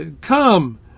Come